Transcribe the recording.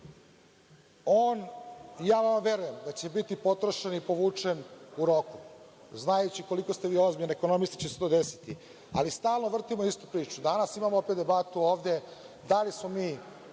imamo ovde, verujem da će biti potrošen i povučen u roku, znajući koliko ste vi ozbiljni ekonomisti, da će se to desiti. Ali, stalno vrtimo istu priču. Danas imamo opet debatu ovde da li smo mi